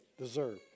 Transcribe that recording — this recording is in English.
deserve